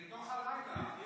אל תוך הלילה, אל